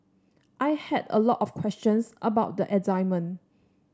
I had a lot of questions about the assignment